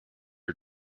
are